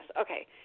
Okay